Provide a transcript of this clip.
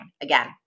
Again